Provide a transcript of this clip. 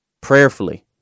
prayerfully